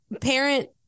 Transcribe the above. parent